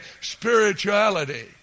spirituality